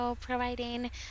providing